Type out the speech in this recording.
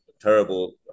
terrible